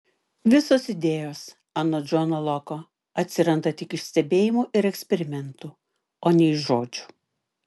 visos idėjos anot džono loko atsiranda tik iš stebėjimų ir eksperimentų o ne iš žodžių